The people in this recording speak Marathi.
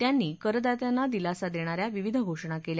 त्यांनी करदात्यांना दिलासा देणाऱ्या विविध घोषणा केल्या